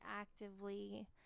actively